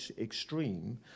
extreme